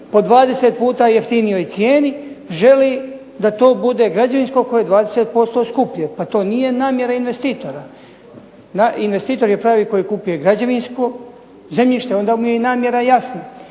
po 20 puta jeftinijoj cijeni, želi da to bude građevinsko koje je 20 puta skuplje. Pa to nije namjena investitora. Investitor je pravi koji kupuje građevinsko zemljište, onda mu je i namjera jasna.